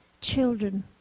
children